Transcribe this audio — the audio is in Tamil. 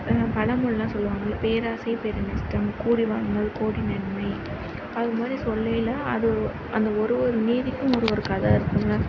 பழமொழியெலாம் சொல்லுவாங்கள்ல பேராசை பெருநஷ்டம் கூடி வாழ்ந்தால் கோடி நன்மை அது மாதிரி சொல்லையில் அது ஒரு அந்த ஒரு ஒரு நீதிக்கும் ஒரு ஒரு கதை இருக்குங்க